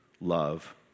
love